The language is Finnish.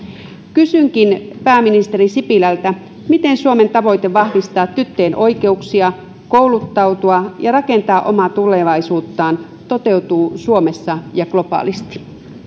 kysynkin pääministeri sipilältä miten suomen tavoite vahvistaa tyttöjen oikeuksia oikeutta kouluttautua ja rakentaa omaa tulevaisuuttaan toteutuu suomessa ja globaalisti